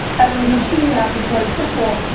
evan, you're seeing that because, first of all,